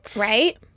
Right